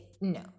no